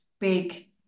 big